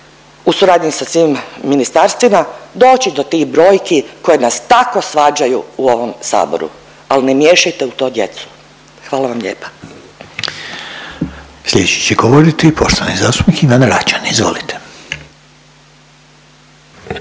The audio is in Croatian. u suradnji sa svim ministarstvima doći do tih brojki koji nas tako svađaju u ovom saboru, al ne miješajte u to djecu, hvala vam lijepa. **Reiner, Željko (HDZ)** Treći će govoriti poštovani zastupnik Ivan Račan, izvolite.